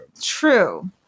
True